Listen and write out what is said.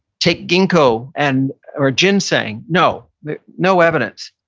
take ginkgo and or ginseng. no, there's no evidence.